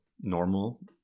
normal